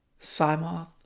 Simoth